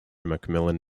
macmillan